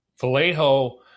Vallejo